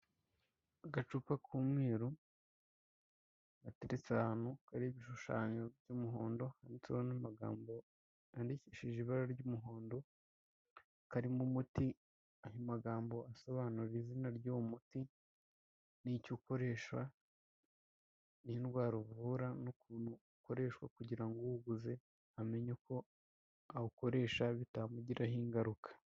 Agacupa k'umweru, gateretse ahantu, kariho ibishushanyo by'umuhondo, handitseho n'amagambo yandikishije ibara ry'umuhondo, karimo umuti, ayo magambo asobanura izina ry'uwo muti n'icyo ukoreshashwa n'indwara uvura n'ukuntu ukoreshwa kugira ngo uwuguze amenye uko awukoresha bitamugiraho ingaruka.